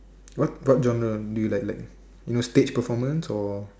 what part join a gonna be a stage performers or